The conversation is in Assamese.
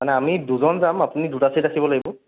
মানে আমি দুজন যাম আপুনি দুটা চিট ৰাখিব লাগিব